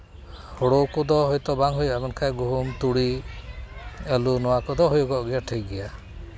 ᱦᱩᱲᱩ ᱠᱚᱫᱚ ᱦᱳᱭᱛᱳ ᱵᱟᱝ ᱦᱩᱭᱩᱜᱼᱟ ᱢᱮᱱᱠᱷᱟᱱ ᱜᱩᱦᱩᱢ ᱛᱩᱲᱤ ᱟᱹᱞᱩ ᱱᱚᱣᱟ ᱠᱚᱫᱚ ᱦᱩᱭᱩᱜᱚᱜ ᱜᱮᱭᱟ ᱴᱷᱤᱠ ᱜᱮᱭᱟ